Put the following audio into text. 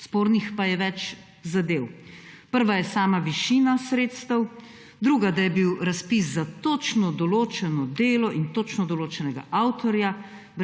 Spornih pa je več zadev. Prva je sama višina sredstev, druga, da je bil razpis za točno določeno delo in točno določenega avtorja,